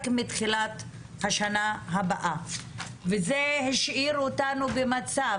מתחילת השנה הבאה וזה השאיר אותנו במצב,